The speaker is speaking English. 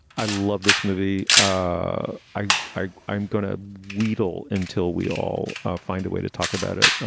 i love this movie. ah i i i'm going to wheedle until we all find a way to talk about it,